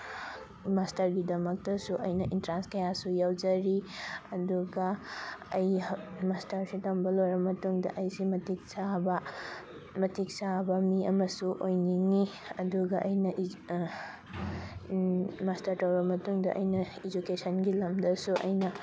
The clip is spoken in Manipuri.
ꯃꯥꯁꯇꯔꯒꯤꯗꯃꯛꯇꯁꯨ ꯑꯩꯅ ꯑꯦꯟꯇ꯭ꯔꯥꯟꯁ ꯀꯌꯥꯁꯨ ꯌꯥꯎꯖꯔꯤ ꯑꯗꯨꯒ ꯑꯩ ꯃꯥꯁꯇꯔꯁꯤ ꯇꯝꯕ ꯂꯣꯏꯔꯕ ꯃꯇꯨꯡꯗ ꯑꯩꯁꯤ ꯃꯇꯤꯛ ꯆꯥꯕ ꯃꯇꯤꯛ ꯆꯥꯕ ꯃꯤ ꯑꯃꯁꯨ ꯑꯣꯏꯅꯤꯡꯉꯤ ꯑꯗꯨꯒ ꯑꯩꯅ ꯃꯥꯁꯇꯔ ꯇꯧꯔ ꯃꯇꯨꯡꯗ ꯑꯩꯅ ꯏꯖꯨꯀꯦꯁꯟꯒꯤ ꯂꯝꯗꯁꯨ ꯑꯩꯅ